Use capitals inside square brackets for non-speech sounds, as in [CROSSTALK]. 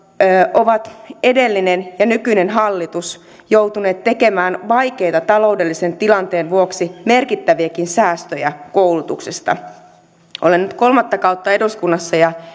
ovat edellinen ja nykyinen hallitus joutuneet tekemään vaikeita taloudellisen tilanteen vuoksi merkittäviäkin säästöjä koulutuksesta olen nyt kolmatta kautta eduskunnassa ja [UNINTELLIGIBLE]